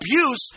abuse